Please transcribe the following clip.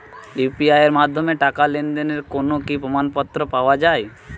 UPI এর মাধ্যমে টাকা লেনদেনের কোন কি প্রমাণপত্র পাওয়া য়ায়?